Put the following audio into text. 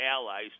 allies